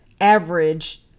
average